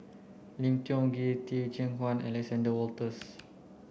Lim Tiong Ghee Teh Cheang Wan and Alexander Wolters